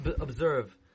observe